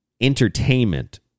entertainment